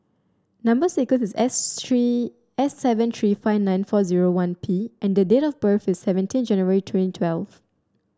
number sequence is S three S seven three five nine four one P and the date of birth is seventeen January twenty twelve